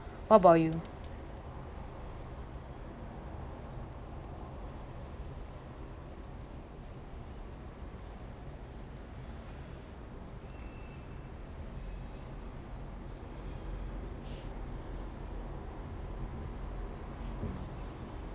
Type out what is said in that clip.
what about you